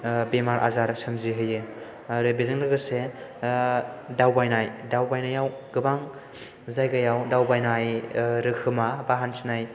बेमार आजार सोयजिहोयो आरो बेजों लोगोसे दावबायनाय दावबायनायाव गोबां जायगायाव दावबायनाय रोखोमा एबा हान्थिनाय